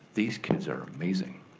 these kids are amazing.